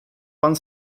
pan